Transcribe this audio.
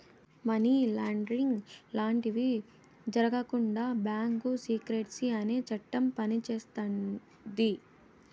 money laundering లాంటివి జరగకుండా bank secrecy అనే చట్టం పనిచేస్తాది